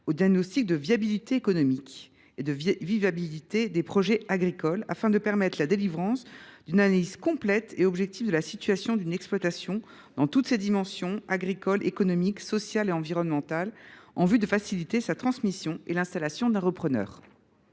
au « diagnostic de viabilité économique et de vivabilité des projets agricoles » actuellement prévu. Le but est de permettre une analyse complète et objective de la situation d’une exploitation, dans toutes ses dimensions – agricole, économique, sociale et environnementale –, en vue de faciliter sa transmission et l’installation d’un repreneur.